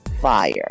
fire